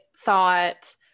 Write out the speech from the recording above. thought